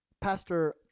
Pastor